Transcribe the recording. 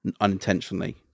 unintentionally